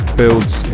builds